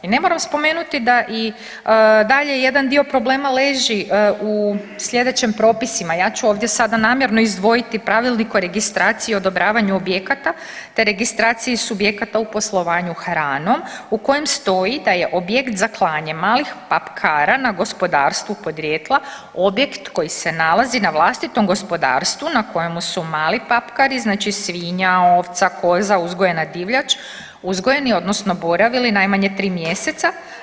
I ne moram spomenuti da i dalje jedan dio problema leži u sljedećim propisima, ja ću ovdje sada namjerno izdvojiti pravilnik o registraciji i odobravanju objekata te registraciji subjekata u poslovanju hranom u kojem stoji da je objekt za klanje malih papkara na gospodarstva podrijetla objekt koji se nalazi na vlastitom gospodarstvu na kojemu su mali papkari, znači svinja, koza, ovca, uzgojena divljač uzgojeni odnosno boravili najmanje tri mjeseca.